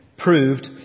Proved